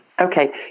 Okay